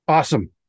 Awesome